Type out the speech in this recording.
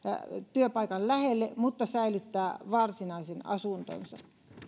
työpaikan lähelle mutta säilyttää varsinaisen asuntonsa